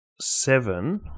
seven